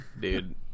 Dude